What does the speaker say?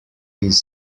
his